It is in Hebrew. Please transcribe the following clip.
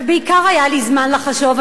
בעיקר היה לי זמן לחשוב,